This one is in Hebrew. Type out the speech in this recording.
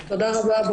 המס.